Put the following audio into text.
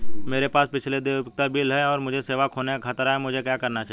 मेरे पास पिछले देय उपयोगिता बिल हैं और मुझे सेवा खोने का खतरा है मुझे क्या करना चाहिए?